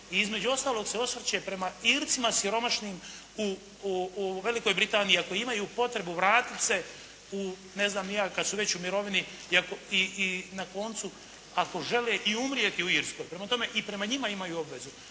i između ostalog se osvrće prema Ircima siromašnim u Velikoj Britaniji ako imaju potrebu vratiti se u, ne znam ni ja, kad su već u mirovini i na koncu ako žele i umrijeti u Irskoj. Prema tome, i prema njima imaju obvezu.